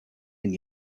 and